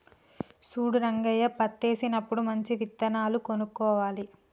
చూడు రంగయ్య పత్తేసినప్పుడు మంచి విత్తనాలు కొనుక్కోవాలి